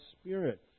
Spirit